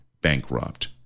bankrupt